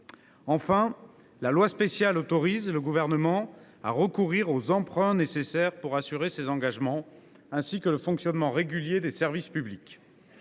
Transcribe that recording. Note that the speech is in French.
Enfin, la loi spéciale autorise le Gouvernement à recourir aux emprunts nécessaires pour assurer ses engagements, ainsi que le fonctionnement régulier des services publics.